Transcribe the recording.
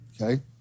okay